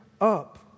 up